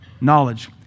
knowledge